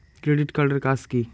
Credit card এর কাজ কি?